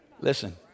Listen